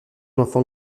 enfant